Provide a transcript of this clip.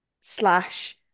slash